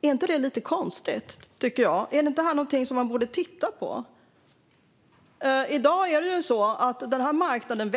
inte det lite konstigt? Är inte det här någonting som man borde titta på? I dag växer marknaden.